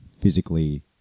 physically